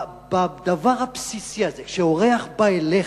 בדבר הבסיסי הזה: כשאורח בא אליך,